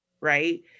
right